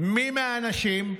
מי מהאנשים?